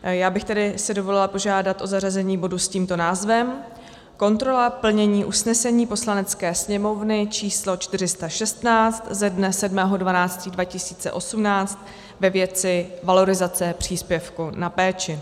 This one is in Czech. Já bych si tedy dovolila požádat o zařazení bodu s tímto názvem: Kontrola plnění usnesení Poslanecké sněmovny číslo 416 ze dne 7. 12. 2018 ve věci valorizace příspěvku na péči.